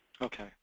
Okay